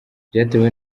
byatewe